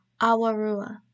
Awarua